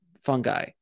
fungi